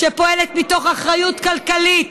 שפועלת מתוך אחריות כלכלית,